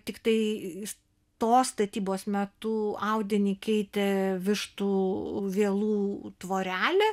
tiktais tos statybos metu audinį keitė vištų vielų tvorelė